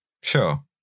Sure